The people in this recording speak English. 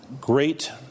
great